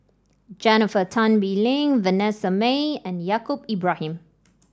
Jennifer Tan Bee Leng Vanessa Mae and Yaacob Ibrahim